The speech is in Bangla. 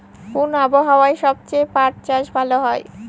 কোন আবহাওয়ায় সবচেয়ে পাট চাষ ভালো হয়?